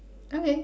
okay